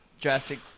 drastic